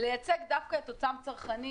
לייצג דווקא את אותם צרכנים